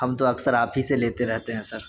ہم تو اکثر آپ ہی سے لیتے رہتے ہیں سر